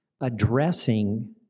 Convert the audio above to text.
addressing